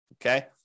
Okay